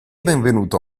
benvenuto